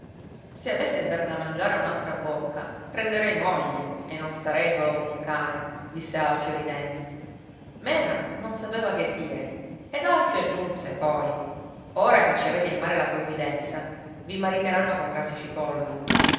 se avessi a dar da mangiare a un'altra bocca prenderei moglie e non starei solo come un cane disse alfio ridendo mena non sapeva che dire ed alfio aggiunse poi ora che ci avete in mare la provvidenza vi mariteranno con brasi cipolla